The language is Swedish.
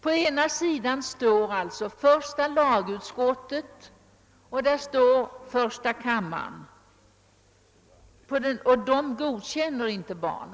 På ena sidan står alltså första lagutskottet och första kammaren, som inte godkänner dessa barn.